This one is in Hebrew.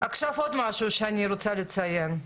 עכשיו עוד משהו שאני רוצה לציין.